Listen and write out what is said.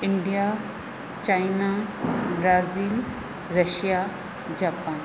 India China Brazil Russia Japan